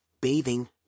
bathing